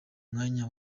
mwanya